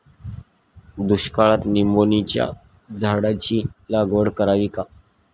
दुष्काळात निंबोणीच्या झाडाची लागवड करावी का?